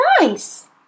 Nice